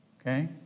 Okay